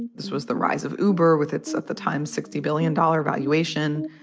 this was the rise of uber with its at the time, sixty billion dollar valuation.